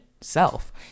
self